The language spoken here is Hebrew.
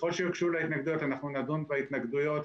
ככל שיוגשו התנגדויות, נדון בהתנגדויות,